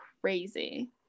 crazy